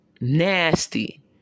nasty